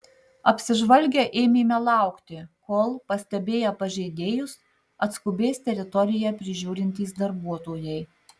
apsižvalgę ėmėme laukti kol pastebėję pažeidėjus atskubės teritoriją prižiūrintys darbuotojai